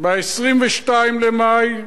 ב-22 במאי,